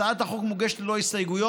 הצעת החוק מוגשת ללא הסתייגויות,